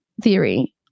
theory